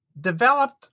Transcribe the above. developed